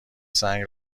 سنگ